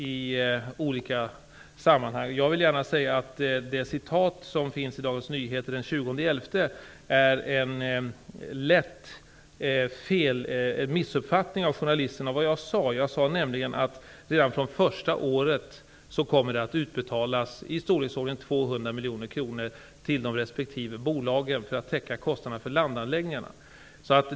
Det som refererades från Dagens Nyheter den 20 november är dock en missuppfattning från journalistens sida av det jag sade. Jag sade nämligen att det redan från första året kommer att utbetalas i storleksordningen 200 miljoner kronor till de respektive bolagen för att täcka kostnaderna för landanläggningarna.